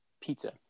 pizza